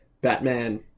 Batman